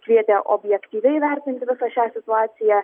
kvietė objektyviai vertinti visą šią situaciją